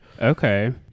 Okay